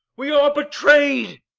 we are betray'd!